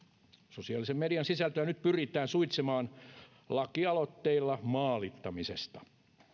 sosiaalisen median sisältöä nyt pyritään suitsimaan lakialoitteilla maalittamisesta